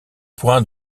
point